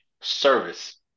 service